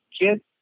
kid